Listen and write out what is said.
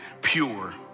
pure